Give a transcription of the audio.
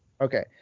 Okay